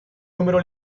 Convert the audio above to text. número